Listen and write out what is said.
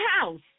house